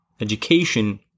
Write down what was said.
education